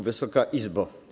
Wysoka Izbo!